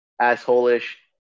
asshole-ish